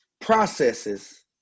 processes